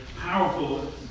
powerful